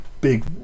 big